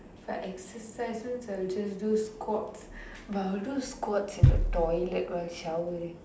for exercises I will just do squats but I will do squats in the toilet when I am showering